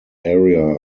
area